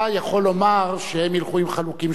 אתה יכול לומר שהם ילכו עם חלוקים